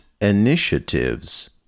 initiatives